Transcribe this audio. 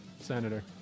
senator